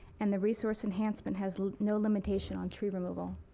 and the resource enhancements has no limitation on tree removal.